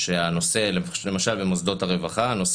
החוק